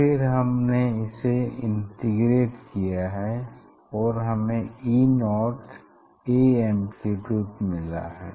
फिर हमने इसे इंटेग्रेट किया है और हमें E0 a एम्प्लीट्यूड मिला है